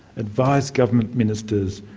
advise government ministers,